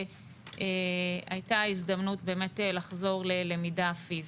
שהייתה הזדמנות באמת לחזור ללמידה פיזית.